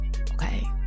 okay